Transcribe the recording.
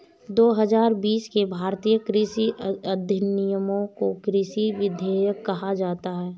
दो हजार बीस के भारतीय कृषि अधिनियमों को कृषि विधेयक कहा जाता है